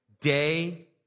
Day